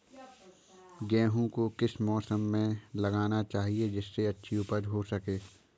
गेहूँ को किस मौसम में लगाना चाहिए जिससे अच्छी उपज हो सके?